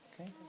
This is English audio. okay